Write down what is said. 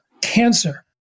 cancer